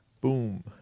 Boom